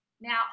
Now